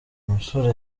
musore